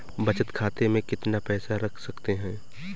बचत खाते में कितना पैसा रख सकते हैं?